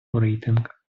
рейтинг